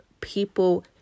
people